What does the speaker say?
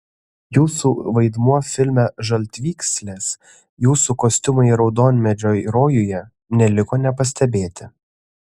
jūsų vaidmuo filme žaltvykslės jūsų kostiumai raudonmedžio rojuje neliko nepastebėti